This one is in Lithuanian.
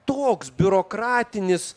toks biurokratinis